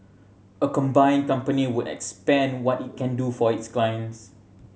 a combined company would expand what it can do for its clients